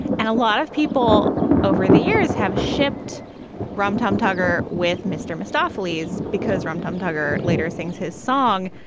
and a lot of people over the years have shipped from tom tugger with mr mostof lees because rom-com tugger later things his song.